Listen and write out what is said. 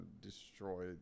destroy